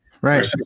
Right